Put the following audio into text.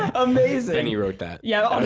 amaze any wrote that. yeah,